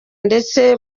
ndetse